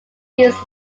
used